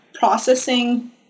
Processing